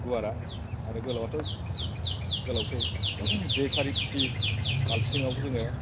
गुवारा आरो गोलावाथ' गोलावसै बे सारि फुथि मालसिङाव जोङो